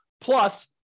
plus